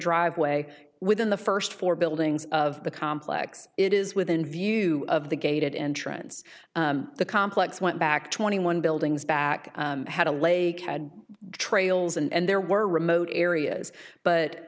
driveway within the first four buildings of the complex it is within view of the gated entrance the complex went back twenty one buildings back had a lake had trails and there were remote areas but